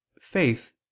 faith